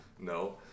No